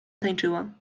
tańczyła